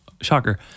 Shocker